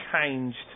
changed